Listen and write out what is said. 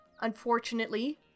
Unfortunately